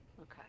Okay